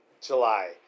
July